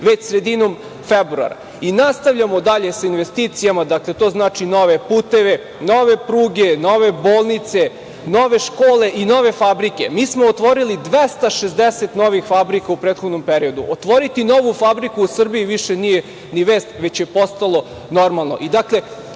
već sredinom februara i nastavljamo dalje sa investicijama. Dakle, to znači nove puteve, nove pruge, nove bolnice, nove škole i nove fabrike. Mi smo otvorili 260 novih fabrika u prethodnom periodu. Otvoriti novu fabriku u Srbiji više nije ni vest, već je postalo normalno. Dakle,